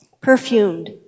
perfumed